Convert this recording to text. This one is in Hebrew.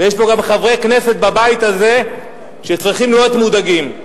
יש פה גם חברי כנסת בבית הזה שצריכים להיות מודאגים,